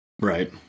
Right